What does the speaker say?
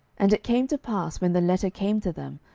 and it came to pass, when the letter came to them,